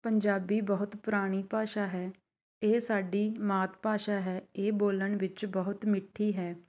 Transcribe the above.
ਪੰਜਾਬੀ ਬਹੁਤ ਪੁਰਾਣੀ ਭਾਸ਼ਾ ਹੈ ਇਹ ਸਾਡੀ ਮਾਤ ਭਾਸ਼ਾ ਹੈ ਇਹ ਬੋਲਣ ਵਿੱਚ ਬਹੁਤ ਮਿੱਠੀ ਹੈ